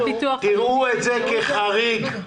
ראו את זה כחריג.